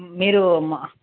మీరు మా